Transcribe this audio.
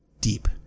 deep